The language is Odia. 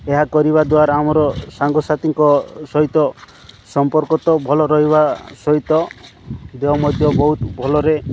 ଏହା କରିବା ଦ୍ୱାରା ଆମର ସାଙ୍ଗସାଥୀଙ୍କ ସହିତ ସମ୍ପର୍କ ତ ଭଲ ରହିବା ସହିତ ଦେହ ମଧ୍ୟ ବହୁତ ଭଲରେ